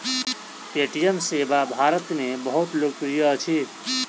Paytm सेवा भारत में बहुत लोकप्रिय अछि